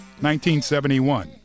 1971